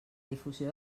difusió